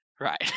Right